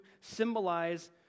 symbolize